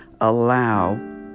allow